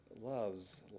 loves